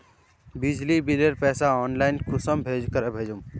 बिजली बिलेर पैसा ऑनलाइन कुंसम करे भेजुम?